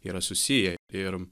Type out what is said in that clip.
yra susiję ir